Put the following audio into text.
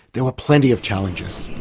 there were plenty of challenges.